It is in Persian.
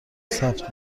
ثبت